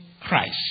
Christ